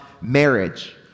marriage—